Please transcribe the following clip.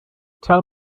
tell